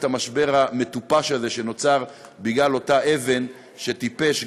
המשבר המטופש הזה שנוצר בגלל אותה אבן שטיפש,